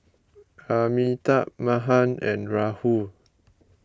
Amitabh Mahan and Rahul